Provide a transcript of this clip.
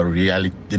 reality